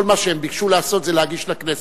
כל מה שהם ביקשו לעשות זה להגיש לכנסת.